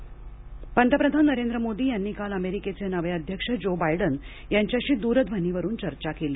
Modi Biden चर्चा पंतप्रधान नरेंद्र मोदी यांनी काल अमेरिकेचे नवे अध्यक्ष ज्यो बायडन यांच्याशी द्रध्वनीवरून चर्चा केली